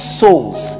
souls